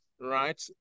right